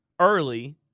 early